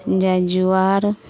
Jajuwar